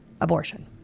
Abortion